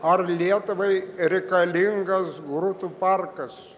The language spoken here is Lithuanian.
ar lietuvai reikalingas grūtų parkas